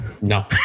No